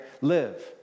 live